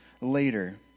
later